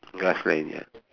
grassland ya